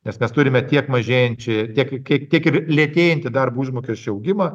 nes mes turime tiek mažėjančią tiek kiek tiek ir lėtėjantį darbo užmokesčio augimą